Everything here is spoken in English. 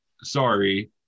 sorry